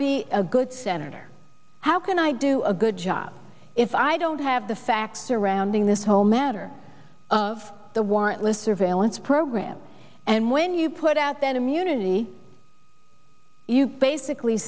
be a good senator how can i do a good job if i don't have the facts surrounding this whole matter of the warrantless surveillance program and when you put out that immunity you basically